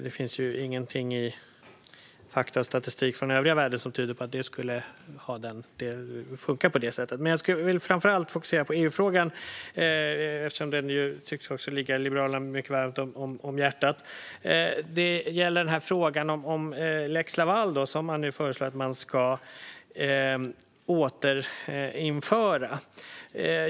Det finns ingenting i fakta och statistik från den övriga världen som tyder på att det skulle funka på det sättet. Jag vill dock framför allt fokusera på EU-frågan eftersom den tycks ligga Liberalerna mycket varmt om hjärtat. Det gäller frågan om lex Laval, som man nu föreslår att man ska återinföra.